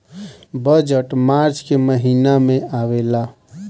budget March के महिना में आवेला